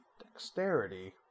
Dexterity